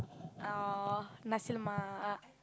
or Nasi-Lemak